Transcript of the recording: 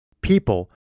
people